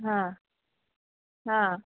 हां हां